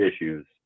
issues